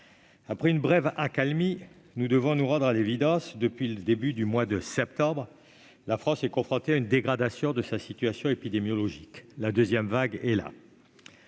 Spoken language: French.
Après une brève accalmie, nous devons nous rendre à l'évidence : depuis le début du mois de septembre, la France est confrontée à une dégradation de sa situation épidémiologique ; la deuxième vague est là